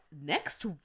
next